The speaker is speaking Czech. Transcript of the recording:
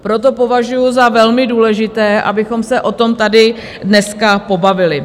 Proto považuji za velmi důležité, abychom se o tom tady dneska pobavili.